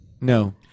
No